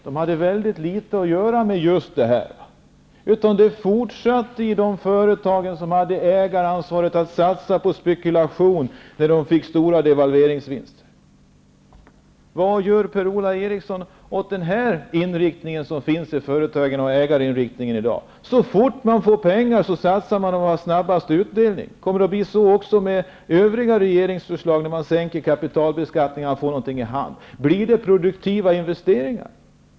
De hade väldigt litet att göra med det jag har sagt. I stället fortsatte de företag som hade ägaransvar att satsa på spekulation när vinsterna i samband med devalvering blev stora. Vad gör Per-Ola Eriksson åt den ägarinriktning som finns i företagen i dag? Så fort företagen får tillgång till pengar satsar de på det som ger snabbast utdelning. Kommer det att bli så med övriga regeringsförslag, t.ex. när kapitalbeskattningen sänks och företagen får pengar i hand? Kommer det att göras några produktiva investeringar?